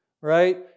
right